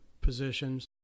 positions